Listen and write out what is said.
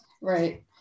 right